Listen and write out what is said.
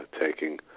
taking